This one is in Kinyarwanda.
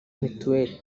mituweri